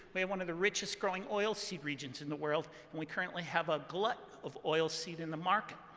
we have one of the richest-growing oil seed regions in the world. and we currently have a glut of oil seed in the market.